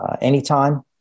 anytime